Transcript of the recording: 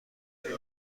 روحل